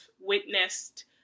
witnessed